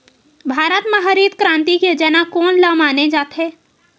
भारत मा हरित क्रांति के जनक कोन ला माने जाथे?